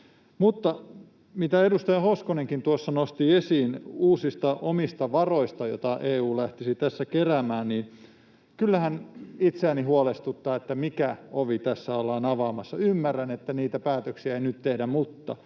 Mutta mitä edustaja Hoskonenkin tuossa nosti esiin uusista omista varoista, joita EU lähtisi tässä keräämään, niin kyllähän itseäni huolestuttaa, mikä ovi tässä ollaan avaamassa. Ymmärrän, että niitä päätöksiä ei nyt tehdä, mutta,